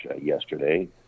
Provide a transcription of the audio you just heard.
yesterday